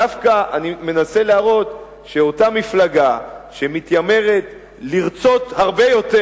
דווקא אני מנסה להראות שאותה מפלגה שמתיימרת לרצות הרבה יותר,